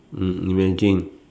mm imagine